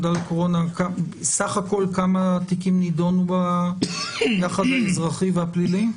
סך הכול כמה תיקים נידונו יחד באזרחי ובפלילי?